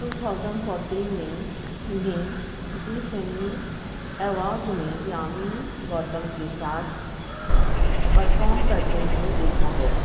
to thousand fourteen میں انہیں Zee cine awards میں یامی گوتم کے ساتھ پرفارم کرتے ہوئے دیکھا گیا